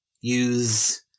use